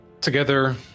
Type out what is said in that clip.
Together